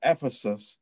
Ephesus